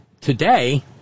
today